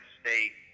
state